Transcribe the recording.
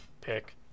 pick